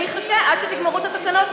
אני אחכה עד שתגמרו את התקנות,